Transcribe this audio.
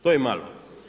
To je malo.